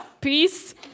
peace